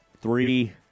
three